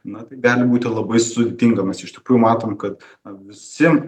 na tai gali būt ir labai sudėtingomis mes iš tikrųjų matom kad visi